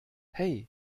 hey